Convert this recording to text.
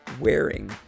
wearing